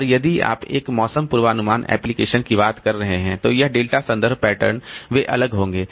और यदि आप एक मौसम पूर्वानुमान एप्लीकेशन की बात कर रहे हैं तो यह डेल्टा संदर्भ पैटर्न वे अलग होंगे